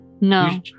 No